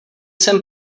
jsem